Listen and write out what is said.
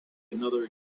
another